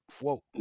Whoa